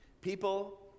People